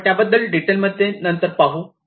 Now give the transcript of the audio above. आपण त्याबद्दल डिटेल मध्ये नंतर पाहू